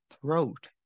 throat